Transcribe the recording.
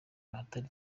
ahatari